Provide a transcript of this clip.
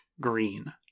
green